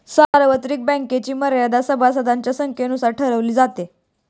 सार्वत्रिक बँक्सची मर्यादा सभासदांच्या संख्येनुसार ठरवली जाते